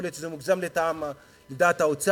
יכול להיות שזה מוגזם לדעת האוצר,